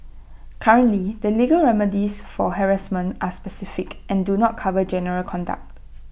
currently the legal remedies for harassment are specific and do not cover general conduct